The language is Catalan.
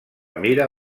mira